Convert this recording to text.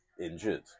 injured